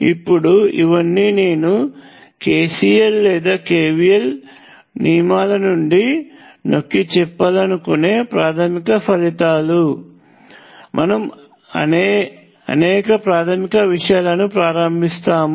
ఇప్పుడు ఇవన్నీ నేను KCL లేదా KVL నియమాల నుండి నొక్కిచెప్పాలనుకునే ప్రాథమిక ఫలితాలు మనం అనే ప్రాథమిక విషయాల ప్రారంభిస్తాము